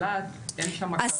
אילת אין שמה.